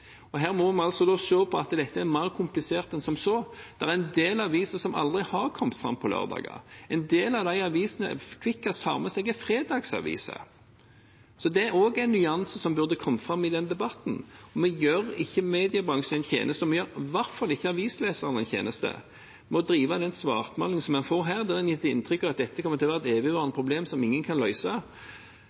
Her må vi se at dette er mer komplisert enn som så. Det er en del aviser som aldri har kommet fram på lørdager. En del av de avisene Kvikkas tar med seg, er fredagsaviser. Så det er også en nyanse som burde kommet fram i den debatten. Vi gjør ikke mediebransjen en tjeneste – og vi gjør i hvert fall ikke avisleserne en tjeneste – ved å drive med den svartmalingen som en gjør her, der en gir inntrykk av at dette kommer til å være et evigvarende problem som ingen kan